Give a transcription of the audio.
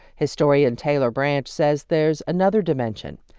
historian taylor branch says there's another dimension.